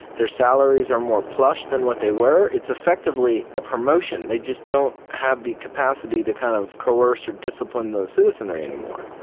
their salaries are more plush than what they were. it's effectively a promotion, they just don't have the capacity to kind of coerce or discipline the citizenry anymore.